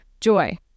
joy